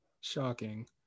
shocking